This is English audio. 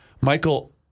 Michael